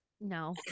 no